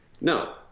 No